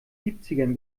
siebzigern